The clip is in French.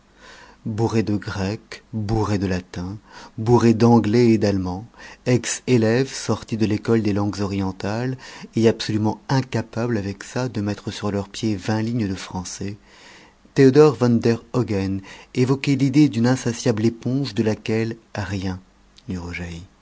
bourré de grec bourré de latin bourré d'anglais et d'allemand ex élève sorti de l'école des langues orientales et absolument incapable avec ça de mettre sur leurs pieds vingt lignes de français théodore van der hogen évoquait l'idée d'une insatiable éponge de laquelle rien